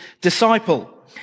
disciple